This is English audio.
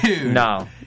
No